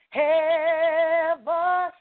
heaven